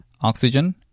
oxygen